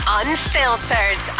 unfiltered